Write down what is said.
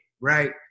right